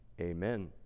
Amen